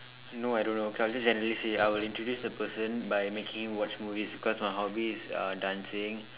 no I don't know okay I'll just generally say I will introduce the person by making him watch movies because my hobby is uh dancing